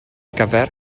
gyfer